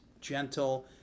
gentle